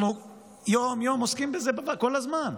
אנחנו עוסקים בזה יום-יום, כל הזמן.